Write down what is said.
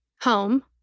Home